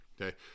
Okay